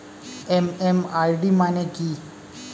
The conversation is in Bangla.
এম.এম.আই.ডি মানে কি?